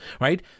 right